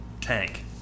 tank